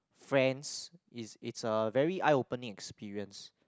friends is it's a very eye opening experience